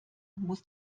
muss